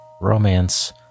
romance